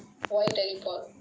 why dad pot